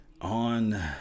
on